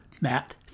Matt